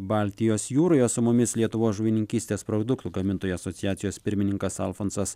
baltijos jūroje su mumis lietuvos žuvininkystės produktų gamintojų asociacijos pirmininkas alfonsas